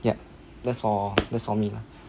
yeah that's for that's for me lah